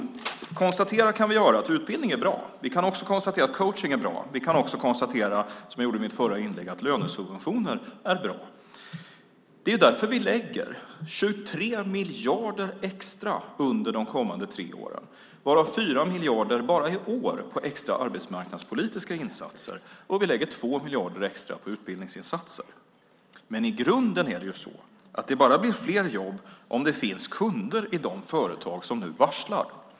Konstatera kan vi göra att utbildning är bra. Vi kan också konstatera att coachning är bra. Vi kan också konstatera, som jag gjorde i mitt förra inlägg, att lönesubventioner är bra. Det är därför vi lägger 23 miljarder extra under de kommande tre åren varav 4 miljarder bara i år på extra arbetsmarknadspolitiska insatser, och vi lägger 2 miljarder extra på utbildningsinsatser. Men i grunden är det ju så att det bara blir fler jobb om det finns kunder i de företag som nu varslar.